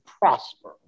prosper